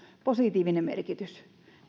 positiivinen merkitys